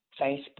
Facebook